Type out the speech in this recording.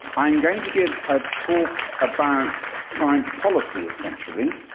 i'm going to give a talk about science policy essentially.